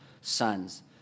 sons